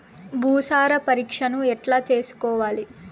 భూసార పరీక్షను ఎట్లా చేసుకోవాలి?